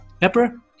pepper